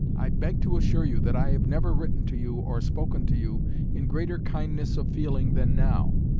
i beg to assure you that i have never written to you or spoken to you in greater kindness of feeling than now,